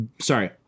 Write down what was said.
Sorry